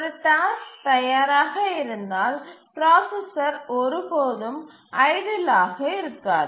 ஒரு டாஸ்க் தயாராக இருந்தால் பிராசசர் ஒருபோதும் ஐடில் ஆக இருக்காது